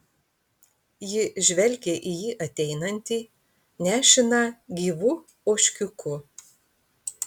ji žvelgė į jį ateinantį nešiną gyvu ožkiuku